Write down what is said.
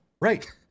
Right